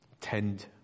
Tend